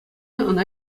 ӑна